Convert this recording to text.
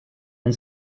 and